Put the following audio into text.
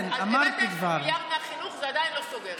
הבאת מיליארד מהחינוך, זה עדיין לא סוגר את זה.